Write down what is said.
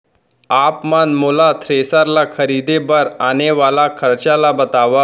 आप मन मोला थ्रेसर ल खरीदे बर आने वाला खरचा ल बतावव?